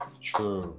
True